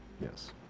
Yes